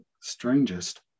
strangest